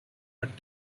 but